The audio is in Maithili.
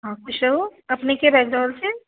हँ खुश रहू अपने केेँ बाजि रहल छी